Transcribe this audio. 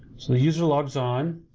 so the user logs on,